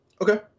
Okay